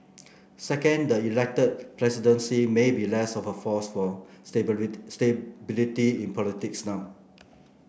second the elected presidency may be less of a force for stability in politics now